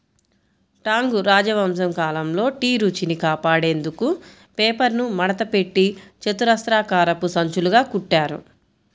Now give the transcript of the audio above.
Tang రాజవంశం కాలంలో tea రుచిని కాపాడేందుకు పేపర్ను మడతపెట్టి చతురస్రాకారపు సంచులుగా కుట్టారు